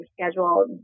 schedule